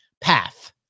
path